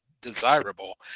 desirable